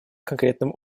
конкретным